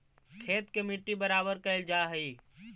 खेत के मट्टी बराबर कयल जा हई